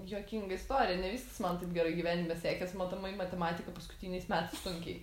juokinga istorija ne viskas man taip gerai gyvenime sekės matomai matematika paskutiniais metais sunkiai